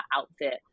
outfit